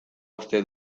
uste